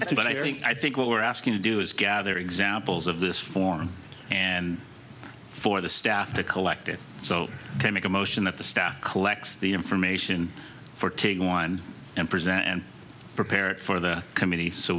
that's what i think what we're asking to do is gather examples of this form and for the staff to collect it so they make a motion that the staff collects the information for take one and present and prepare it for the com